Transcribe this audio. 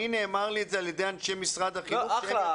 זה נאמר לי על ידי אנשי משרד החינוך,